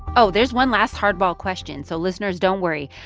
oh, there's one last hardball question. so listeners, don't worry.